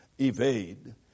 evade